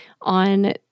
on